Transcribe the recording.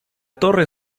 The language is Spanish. torre